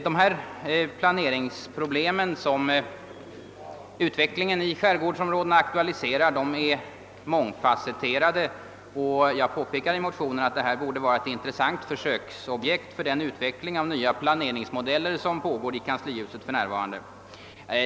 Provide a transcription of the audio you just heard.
De planeringsproblem som aktualiseras av utvecklingen i skärgården är mångfasetterade. Jag påpekade i motionen att detta borde vara ett intressant försöksobjekt för den utveckling av nya planeringsmodeller som för närvarande pågår i kanslihuset.